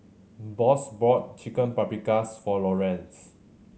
Boss bought Chicken Paprikas for Lorenz